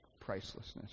pricelessness